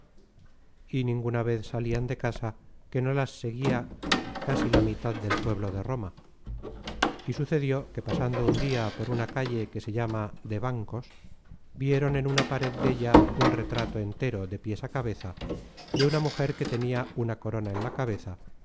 y ninguna vez salian de casa que no las seguia casi la mitad del pueblo de roma y sucedió que pasando un dia por una calle que se llama de bancos vieron en una pared della un retrato entero de piés á cabeza de una mujer que tenia una corona en la cabeza